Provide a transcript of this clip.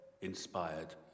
inspired